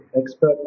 Expert